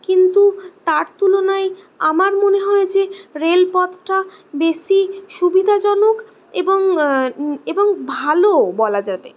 কিন্তু তার তুলনায় আমার মনে হয় যে রেলপথটা বেশি সুবিধাজনক এবং এবং ভালোও বলা যাবে